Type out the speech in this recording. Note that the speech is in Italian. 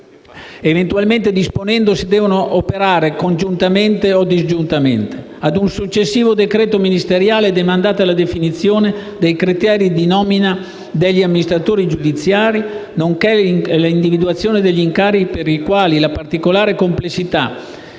eventualmente stabilendo se essi debbono operare congiuntamente o disgiuntamente. A un successivo decreto ministeriale è demandata la definizione dei criteri di nomina degli amministratori giudiziari, nonché l'individuazione degli incarichi per i quali la particolare complessità